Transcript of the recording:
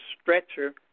stretcher